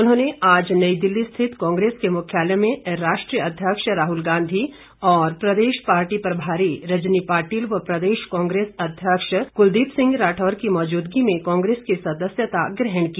उन्होंने आज नई दिल्ली स्थित कांग्रेस के मुख्यालय में राष्ट्रीय अध्यक्ष राहुल गांधी और प्रदेश पार्टी प्रभारी रजनी पाटिल व प्रदेश कांग्रेस अध्यक्ष कुलदीप सिंह राठौर की मौजूदगी में कांग्रेस की सदस्यता ग्रहण की